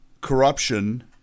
corruption